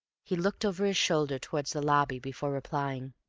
he looked over his shoulder towards the lobby before replying.